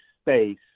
space